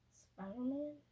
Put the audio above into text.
Spider-Man